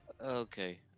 Okay